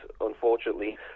unfortunately